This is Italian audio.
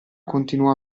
continuò